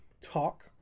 Talk